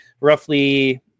roughly